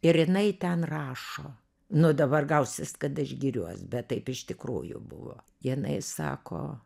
ir jinai ten rašo nu dabar gausis kad aš giriuos bet taip iš tikrųjų buvo jinai sako